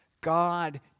God